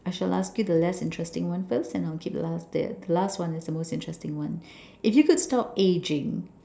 I shall ask you the less interesting one first and I will keep the last the last one is the most interesting one if you could stop ageing